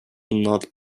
not